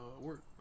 work